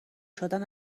شدن